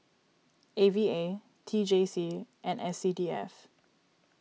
A V A T J C and S C D F